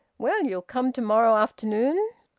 well, you'll come to-morrow afternoon?